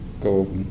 go